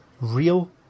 real